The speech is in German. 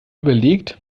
überlegt